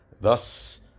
thus